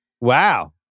Wow